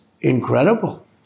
incredible